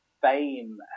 fame